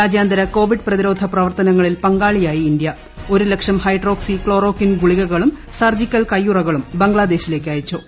രാജ്യാന്തര കോവിഡ് പ്രതിരോധ പ്രവർത്തനങ്ങളിൽ പങ്കാളിയായി ഇന്തൃ ഒരു ലക്ഷം ഹൈഡ്രോക്സി ക്ലോറോകിൻ ഗുളികകളും സർജിക്കൽ കൈയുറകളും ബംഗ്ലാദേശിലേയ്ക്ക് അയച്ചു